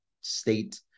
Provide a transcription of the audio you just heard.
State